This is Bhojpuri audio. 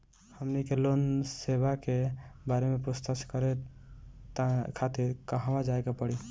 हमनी के लोन सेबा के बारे में पूछताछ करे खातिर कहवा जाए के पड़ी?